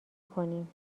کنیم